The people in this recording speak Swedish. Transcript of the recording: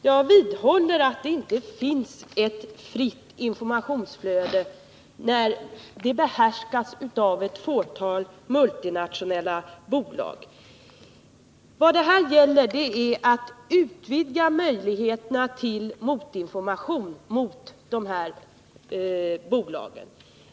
Herr talman! Jag vidhåller att det inte finns ett fritt informationsflöde när det behärskas av ett fåtal multinationella bolag. Vad det här gäller är att utvidga möjligheterna till motinformation mot dessa bolag.